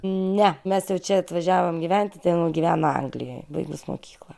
ne mes jau čia atvažiavom gyventi ten gyvena anglijoj baigus mokyklą